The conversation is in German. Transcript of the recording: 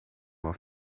auf